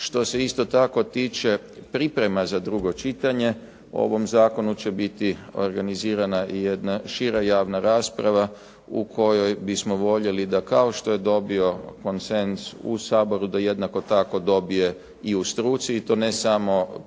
Što se isto tako tiče priprema za drugo čitanje, o ovom zakonu će biti organizirana jedna šira javna rasprava u kojoj bismo voljeli da kao što je dobio konsenzus u Saboru da jednako tako dobije i u struci i to ne samo profesionalnih